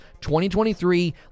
2023